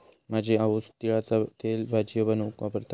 माझी आऊस तिळाचा तेल भजियो बनवूक वापरता